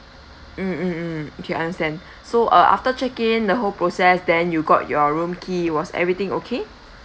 mm mm mm okay understand so uh after check in the whole process then you got your room key was everything okay